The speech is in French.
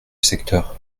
secteur